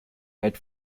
had